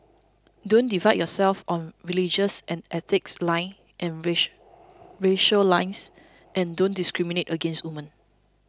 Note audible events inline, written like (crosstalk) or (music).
don't divide yourself on religious and ethnic lines and (unintelligible) racial lines and don't discriminate against women